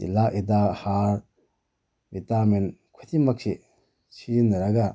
ꯇꯤꯜꯍꯥꯠ ꯍꯤꯗꯥꯛ ꯍꯥꯔ ꯕꯤꯇꯥꯃꯤꯟ ꯈꯨꯗꯤꯡꯃꯛ ꯑꯁꯤ ꯁꯤꯖꯤꯟꯅꯔꯒ